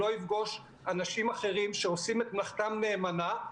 והוא לא יפגוש אנשים אחרים שעושים מלאכתם נאמנה.